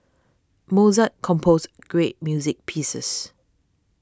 Mozart composed great music pieces